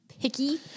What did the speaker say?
picky